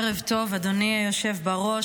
ערב טוב, אדוני היושב-ראש.